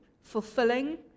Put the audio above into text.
fulfilling